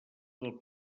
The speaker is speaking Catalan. del